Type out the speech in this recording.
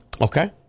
Okay